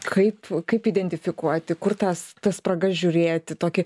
kaip kaip identifikuoti kur tas tas spragas žiūrėti tokį